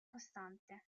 costante